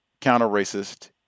counter-racist